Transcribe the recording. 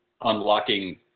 unlocking